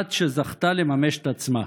אחת שזכתה לממש את עצמה.